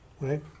Right